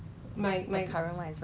yeah lah then